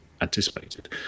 anticipated